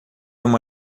uma